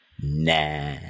Nah